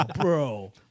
bro